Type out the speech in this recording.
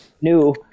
new